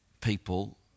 people